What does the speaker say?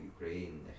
Ukraine